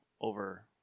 over